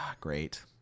Great